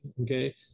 okay